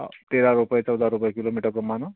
हो तेरा रुपये चौदा रुपये किलोमीटरप्रमाणं